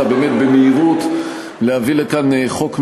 באמת במהירות להביא לכאן חוק מהודק,